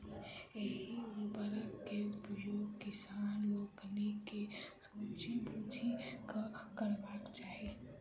एहि उर्वरक के उपयोग किसान लोकनि के सोचि बुझि कअ करबाक चाही